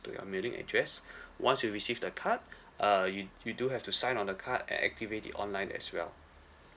to your mailing address once you receive the card uh you you do have to sign on the card and activate it online as well